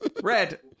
red